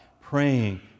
praying